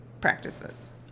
practices